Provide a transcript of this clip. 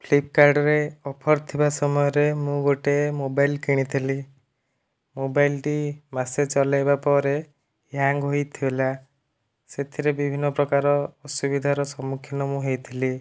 ଫ୍ଲିପକାର୍ଟରେ offer ଥିବା ସମୟରେ ମୁଁ ଗୋଟିଏ ମୋବାଇଲ୍ କିଣିଥିଲି ମୋବାଇଲ୍ଟି ମାସେ ଚଲେଇବା ପରେ ହ୍ୟାଙ୍ଗ ହୋଇଥିଲା ସେଥିରେ ବିଭିନ୍ନ ପ୍ରକାରର ଅସୁବିଧାର ସମ୍ମୁଖୀନ ମୁଁ ହୋଇଥିଲି